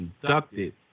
conducted